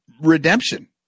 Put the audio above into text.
redemption